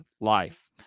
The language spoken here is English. life